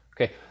Okay